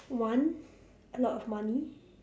one a lot of money